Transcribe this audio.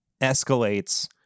escalates